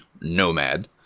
nomad